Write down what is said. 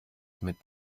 mit